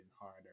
harder